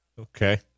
Okay